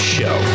show